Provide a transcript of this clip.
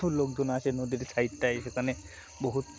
লোকজন আসছে নদীর সাইডটাই সেখানে বহুত